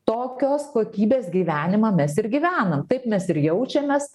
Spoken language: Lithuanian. tokios kokybės gyvenimą mes ir gyvenam taip mes ir jaučiamės